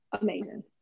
amazing